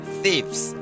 thieves